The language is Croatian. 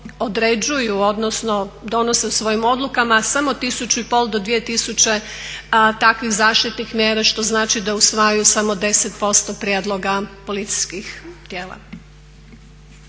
određuju odnosno donose u svojim odlukama samo 1500 do 2000 takvih zaštitnih mjera što znači da usvajaju samo 10% prijedloga policijskih tijela.